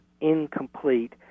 incomplete